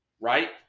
right